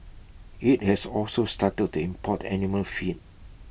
IT has also started to import animal feed